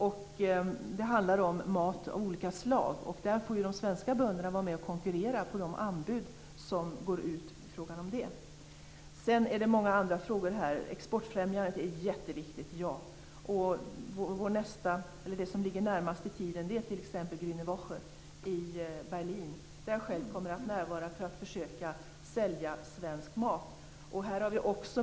Programmet handlar om mat av olika slag, och där får de svenska bönderna vara med och konkurrera om dessa anbud. Sedan är det många andra frågor. Exportfrämjandet är jätteviktigt. Det som ligger närmast i tiden är t.ex. Grüne Woche i Berlin, där jag själv kommer att närvara för att försöka att sälja svensk mat.